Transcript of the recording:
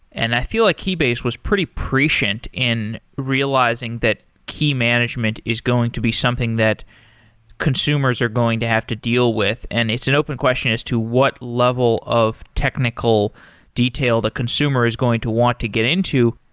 and i feel like keybase was pretty prescient in realizing that key management is going to be something that consumers are going to have to deal with, and it's an open question as to what level of technical detail the consumer is going to want to get into.